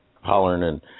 hollering